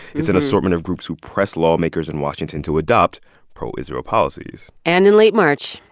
it's an assortment of groups who press lawmakers in washington to adopt pro-israel policies and in late march,